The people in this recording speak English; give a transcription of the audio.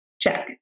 Check